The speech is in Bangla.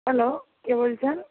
হ্যালো কে বলছেন